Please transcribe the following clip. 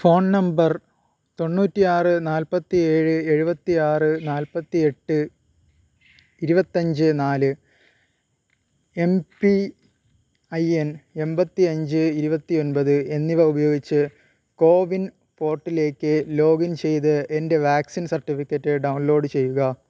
phone number തൊണ്ണൂറ്റി ആറ് നാൽപ്പത്തി ഏഴ് എഴുപത്തി ആറ് നാൽപ്പത്തി എട്ട് ഇരുപത്തഞ്ച് നാല് എം പീ ഐ എൻ എൺപത്തി അഞ്ച് ഇരുപത്തി ഒൻപത് എന്നിവ ഉപയോഗിച്ച് കോവിൻ പോർട്ടിലേക്ക് ലോഗ് ഇൻ ചെയ്ത് എന്റെ വാക്സിൻ സർട്ടിഫിക്കറ്റ് ഡൗൺ ലോഡ് ചെയ്യുക